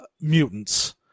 mutants